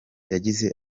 yagize